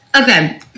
Okay